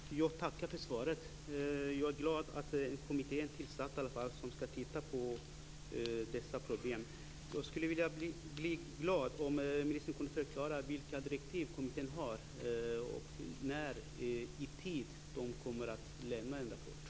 Fru talman! Jag tackar för svaret och är glad att en kommitté är tillsatt för att titta på dessa problem. Jag skulle också bli glad om ministern kunde förklara vilka direktiv som kommittén har och när man kommer att lämna en rapport.